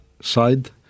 side